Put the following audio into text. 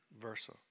versa